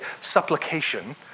supplication